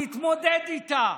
להתמודד איתה,